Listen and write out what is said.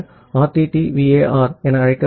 இப்போது ஆர்டிடியின் மாறுபாட்டை எவ்வாறு கருதுகிறோம்